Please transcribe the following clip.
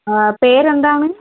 പേരെന്താണ്